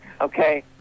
Okay